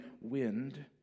wind